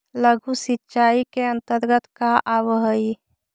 लघु सिंचाई के अंतर्गत का आव हइ?